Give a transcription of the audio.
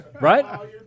Right